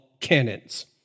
cannons